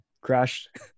crashed